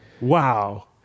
wow